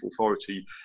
authority